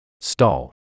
stall